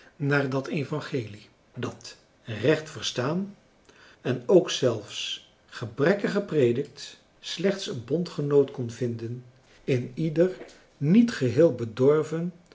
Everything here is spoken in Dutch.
naar dat evangelie dat recht verstaan en ook zelfs gebrekkig gepredikt slechts een bondgenoot kon vinden in ieder niet geheel bedorven